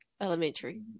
Elementary